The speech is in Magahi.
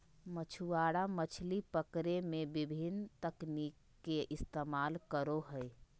मछुआरा मछली पकड़े में विभिन्न तकनीक के इस्तेमाल करो हइ